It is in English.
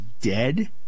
dead